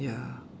ya